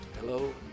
Hello